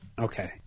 Okay